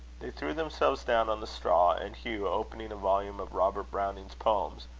they threw themselves down on the straw, and hugh, opening a volume of robert browning's poems,